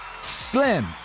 Slim